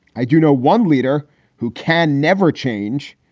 i do know one leader who can never change.